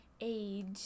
age